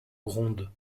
gronde